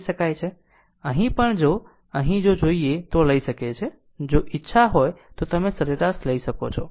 અહીં પણ જો અહીં જોઈએ તો લઈ શકે છે જો ઇચ્છા હોય તો તમે સરેરાશ લઇ શકો છો